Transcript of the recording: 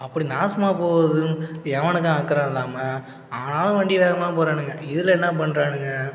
அப்படி நாசமாக போவுதுன்னு எவனுக்கும் அக்கறை இல்லாமல் ஆனாலும் வண்டியில வேகமாக போகறாணுங்க இதில் என்ன பண்ணுறாணுங்க